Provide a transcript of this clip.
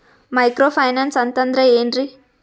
Micro finance ಅಂತಂದ್ರ ಏನ್ರೀ?